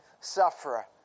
sufferer